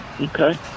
Okay